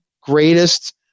greatest